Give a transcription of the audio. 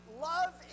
Love